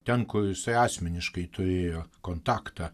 ten kur jisai asmeniškai turėjo kontaktą